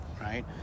right